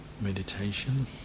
meditation